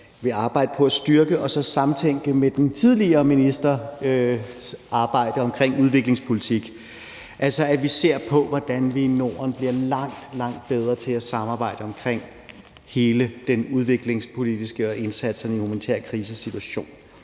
vil arbejde på at styrke og så samtænke det med den tidligere ministers arbejde omkring udviklingspolitik, altså at vi ser på, hvordan vi i Norden bliver langt, langt bedre til at samarbejde omkring hele den udviklingspolitiske indsats i den humanitære krisesituation.